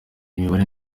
imibare